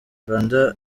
rwanda